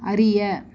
அறிய